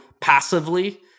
passively